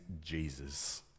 Jesus